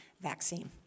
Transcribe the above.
vaccine